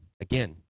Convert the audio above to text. again